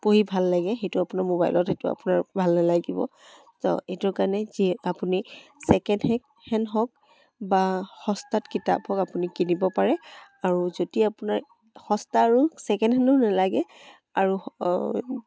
পঢ়ি ভাল লাগে সেইটো আপোনাৰ মোবাইলত সেইটো আপোনাৰ ভাল নালাগিব তো এইটোৰ কাৰণে যি আপুনি ছেকেণ্ড হেং হেণ্ড হওক বা সস্তাত কিতাপ হওক আপুনি কিনিব পাৰে আৰু যদি আপোনাৰ সস্তা আৰু ছেকেণ্ড হেণো নেলাগে আৰু